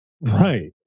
Right